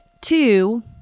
two